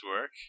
work